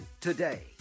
today